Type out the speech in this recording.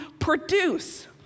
produce